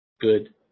Good